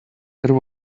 there